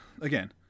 again